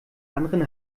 anderen